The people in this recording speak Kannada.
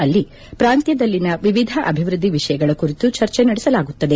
ಅಲ್ಲಿ ಪ್ರಾಂತ್ಲದಲ್ಲಿನ ವಿವಿಧ ಅಭಿವೃದ್ದಿ ವಿಷಯಗಳ ಕುರಿತು ಚರ್ಚೆ ನಡೆಸಲಾಗುತ್ತದೆ